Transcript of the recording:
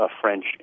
French